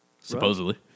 Supposedly